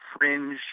fringe